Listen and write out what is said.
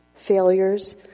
Failures